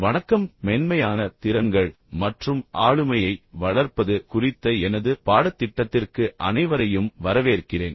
வணக்கம் மென்மையான திறன்கள் மற்றும் ஆளுமையை வளர்ப்பது குறித்த எனது பாடத்திட்டத்திற்கு அனைவரையும் வரவேற்கிறேன்